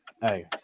Hey